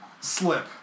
slip